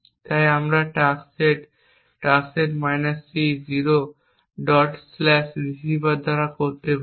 তাই আমরা task set task set c 0 receiver দ্বারা এটি করতে পারি